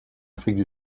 afrique